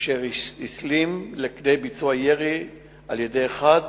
אשר הסלים לכדי ביצוע ירי על-ידי אחד